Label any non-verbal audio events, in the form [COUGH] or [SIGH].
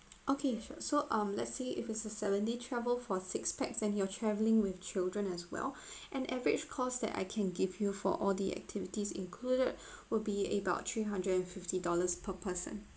okay sure so um let's say if it's a seven days travel for six pax and you're travelling with children as well [BREATH] an average cost that I can give you for all the activities included [BREATH] will be about three hundred and fifty dollars per person